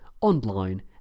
online